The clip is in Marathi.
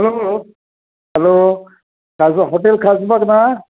hello hello Khasbag hotel Khasbag ना